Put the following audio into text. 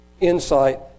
insight